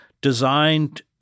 designed